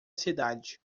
cidade